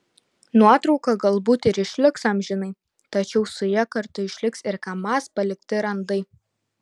nuotrauka galbūt ir išliks amžinai tačiau su ja kartu išliks ir kamaz palikti randai